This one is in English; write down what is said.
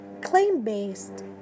claim-based